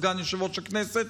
סגן יושב-ראש הכנסת.